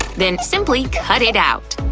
then simply cut it out!